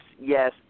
yes